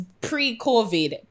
pre-COVID